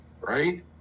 right